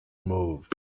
moved